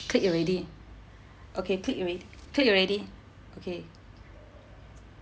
click already okay click already click already okay